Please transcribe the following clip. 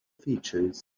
features